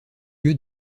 lieu